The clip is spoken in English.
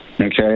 Okay